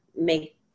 make